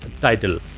title